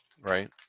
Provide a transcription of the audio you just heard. right